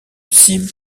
cime